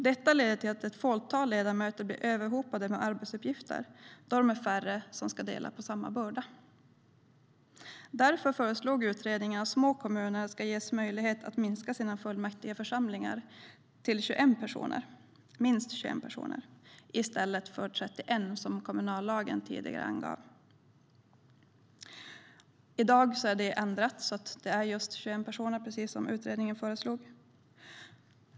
Detta leder till att ett fåtal ledamöter blir överhopade med arbetsuppgifter eftersom de är färre som ska dela på samma börda. Därför har utredningen föreslagit att små kommuner ska ges möjlighet att minska sina fullmäktigeförsamlingar till minst 21 personer i stället för 31, som kommunallagen tidigare angav. I dag är det ändrat till 21 personer, precis som föreslogs i utredningen.